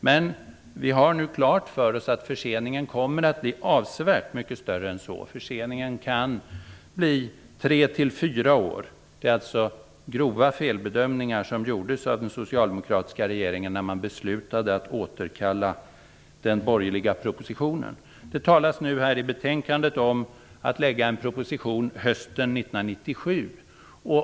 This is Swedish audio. Men vi har nu klart för oss att förseningen kommer att bli avsevärt mycket större än så. Förseningen kan bli tre fyra år. Det är alltså grova felbedömningar som den socialdemokratiska regeringen gjorde när den beslutade att återkalla den borgerliga propositionen. Det talas nu i betänkandet om att lägga fram en proposition hösten 1997.